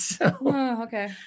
Okay